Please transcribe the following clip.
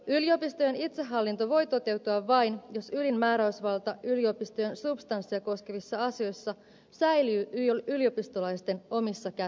yliopistojen itsehallinto voi toteutua vain jos ylin määräysvalta yliopistojen substanssia koskevissa asioissa säilyy yliopistolaisten omissa käsissä